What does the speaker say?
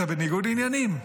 אתה בניגוד עניינים,